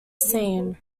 scene